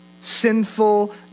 sinful